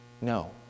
No